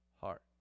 heart